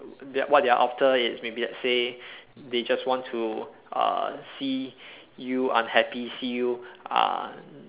they what they are after is maybe let's say they just want to uh see you unhappy see you uh